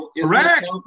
Correct